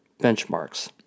benchmarks